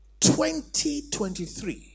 2023